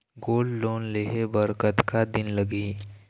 Gold loan लेहे बर कतका दिन लगही?